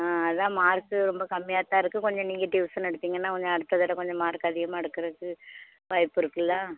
ஆ அதுதான் மார்க்கு ரொம்ப கம்மியாகதான் இருக்குது கொஞ்சம் நீங்கள் டியூசனு எடுத்தீங்கனால் கொஞ்சம் அடுத்த தடவை கொஞ்சம் மார்க் அதிகமாக எடுக்கிறதுக்கு வாய்ப்பு இருக்கில்ல